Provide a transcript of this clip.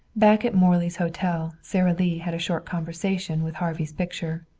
back at morley's hotel sara lee had a short conversation with harvey's picture.